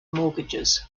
mortgages